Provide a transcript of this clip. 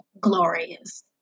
Glorious